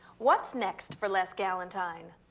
what's next for les galantine?